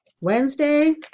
Wednesday